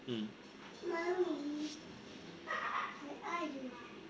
mm